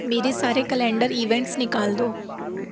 میرے سارے calendar events نکال دو